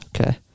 Okay